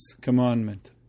commandment